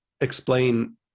explain